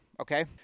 Okay